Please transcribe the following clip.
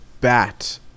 bat